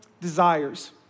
desires